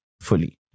fully